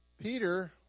Peter